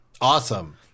Awesome